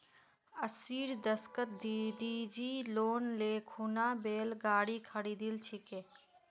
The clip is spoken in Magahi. अस्सीर दशकत दादीजी लोन ले खूना बैल गाड़ी खरीदिल छिले